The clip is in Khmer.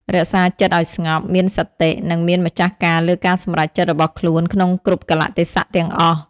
រក្សាចិត្តឱ្យស្ងប់ មានសតិ និងមានម្ចាស់ការលើការសម្រេចចិត្តរបស់ខ្លួនក្នុងគ្រប់កាលៈទេសៈទាំងអស់។